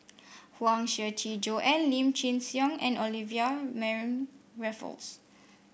Huang Shiqi Joan Lim Chin Siong and Olivia Mariamne Raffles